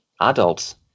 adults